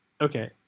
Okay